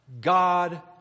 God